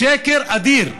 שקר אדיר.